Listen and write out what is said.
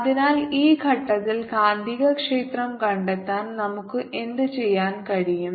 അതിനാൽ ഈ ഘട്ടത്തിൽ കാന്തികക്ഷേത്രം കണ്ടെത്താൻ നമുക്ക് എന്തുചെയ്യാൻ കഴിയും